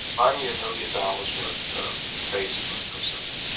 buy me a million dollars' worth of facebook or something.